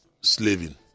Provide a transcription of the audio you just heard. slaving